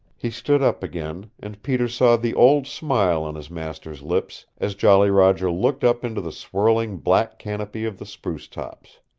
he stood up again, and peter saw the old smile on his master's lips as jolly roger looked up into the swirling black canopy of the spruce-tops.